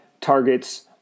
targets